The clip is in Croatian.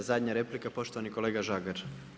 9 zadnja replika poštovani kolega Žagar.